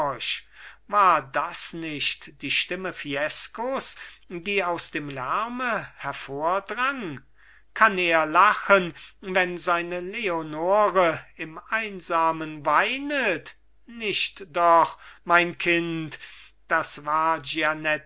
war das nicht die stimme fiescos die aus dem lärme hervordrang kann er lachen wenn seine leonore im einsamen weinet nicht doch mein kind es war